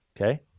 Okay